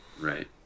Right